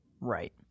Right